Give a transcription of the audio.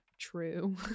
true